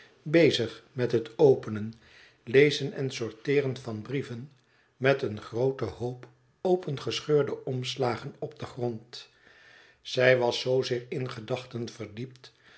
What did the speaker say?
bezig met het openen lezen en sorteeren van brieven met een grooten hoop opengescheurde omslagen op den grond zij was zoozeer in gedachten verdiept